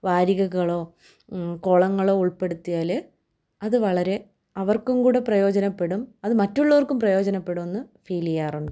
വാരികകളോ കോളങ്ങളോ ഉൾപ്പെടുത്തിയാൽ അത് വളരെ അവർക്കും കൂടി പ്രയോജനപ്പെടും അത് മറ്റുള്ളവർക്കും പ്രയോജനപ്പെടും എന്നു ഫീൽ ചെയ്യാറുണ്ട്